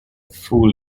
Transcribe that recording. full